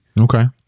Okay